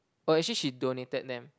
or is it she donated them